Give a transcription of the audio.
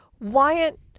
Wyatt